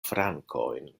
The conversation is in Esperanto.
frankojn